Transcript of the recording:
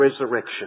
resurrection